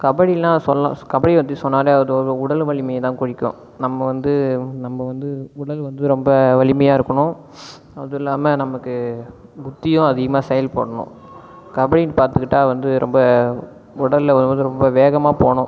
கபடியெலாம் சொல்லாம் கபடி பற்றி சொன்னா அது ஒரு உடல் வலிமையை தான் குறிக்கும் நம்ம வந்து நம்ம வந்து உடல் வந்து ரொம்ப வலிமையாக இருக்கணும் அது இல்லாமல் நமக்கு புத்தியும் அதிகமாக செயல்படணும் கபடின்னு பார்த்துக்கிட்டா வந்து ரொம்ப உடலில் ரொம்ப வேகமாக போகணும்